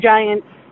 Giants